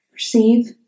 Perceive